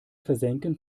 versenken